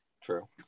true